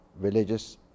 religious